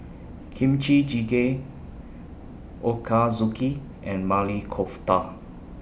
Kimchi Jjigae Ochazuke and Maili Kofta